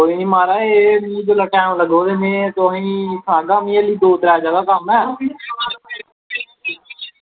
एह् म्हाराज जेल्लै मिगी टैम लग्गग में तुसेंगी आह्गा ऐल्ली मिगी दौ त्रै जगह कम्म ऐ